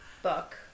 book